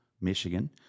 Michigan